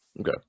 Okay